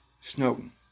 Snowden